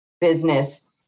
business